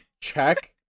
check